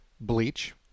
bleach